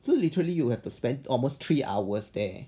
so literally you will have to spend almost three hours there